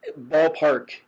ballpark